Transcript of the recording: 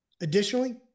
Additionally